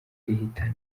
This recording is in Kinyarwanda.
ihitana